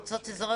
מועצות אזוריות,